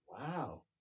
Wow